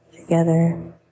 together